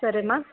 సరేమా